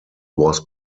was